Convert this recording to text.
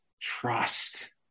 trust